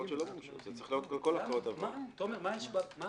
אבל זה לא